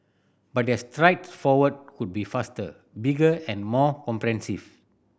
but their strides forward could be faster bigger and more comprehensive